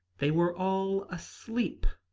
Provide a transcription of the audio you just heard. they were all asleep.